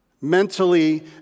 mentally